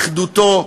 אחדותו,